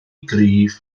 gryf